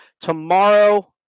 tomorrow